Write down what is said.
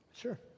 Sure